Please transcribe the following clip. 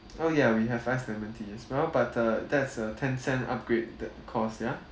oh ya we have iced lemon tea as well but uh that's a ten cent upgraded cost ya